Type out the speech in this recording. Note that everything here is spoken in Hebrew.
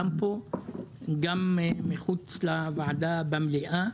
גם פה וגם מחוץ לוועדה במליאה.